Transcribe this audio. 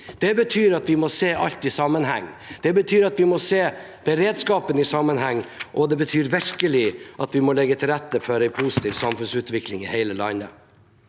Det betyr at vi må se alt i sammenheng. Det betyr at vi må se beredskapen i sammenheng, og det betyr virkelig at vi må legge til rette for en positiv samfunnsutvikling i hele landet.